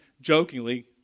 jokingly